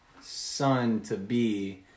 son-to-be